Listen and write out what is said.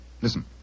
Listen